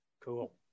Cool